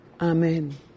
Amen